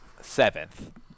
Seventh